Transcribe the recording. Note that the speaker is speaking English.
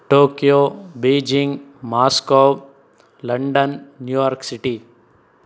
Tokyo Beijing Moscow London New York city